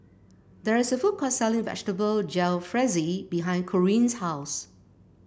there is a food court selling Vegetable Jalfrezi behind Corrine's house